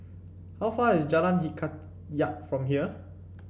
how far is Jalan Hikayat from here